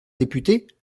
députée